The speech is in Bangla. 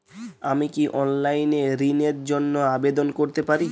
আমি কি অনলাইন এ ঋণ র জন্য আবেদন করতে পারি?